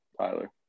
Tyler